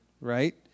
right